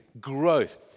growth